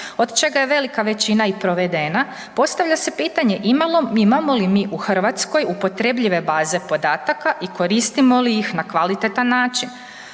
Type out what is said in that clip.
od čega je velika većina i provedena, postavlja se pitanje imamo li mi u Hrvatskoj upotrebljive baze podataka i koristimo li ih na kvalitetan način?